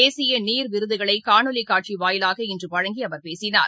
தேசியநீர் விருதுகளைகாணொலிக் காட்சிவாயிலாக இன்றுவழங்கிஅவர் பேசினார்